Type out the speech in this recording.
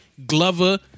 Glover